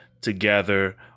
together